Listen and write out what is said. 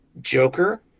Joker